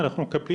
אנחנו מקבלים